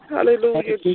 Hallelujah